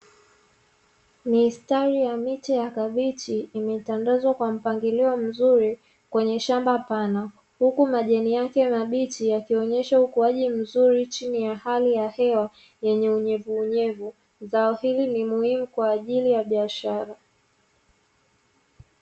Mistari ya miche ya kabichi, imetandazwa kwa mpangilio mzuri kwenye shamba pana; huku majani yake mabichi yakionyesha ukuaji mzuri chini ya hali ya hewa yenye unyevuunyevu. Zao hili ni muhimu kwa ajili ya biashara.